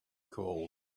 called